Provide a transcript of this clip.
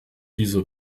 dieser